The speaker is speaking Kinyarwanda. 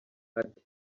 ati